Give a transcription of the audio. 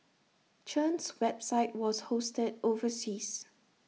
Chen's website was hosted overseas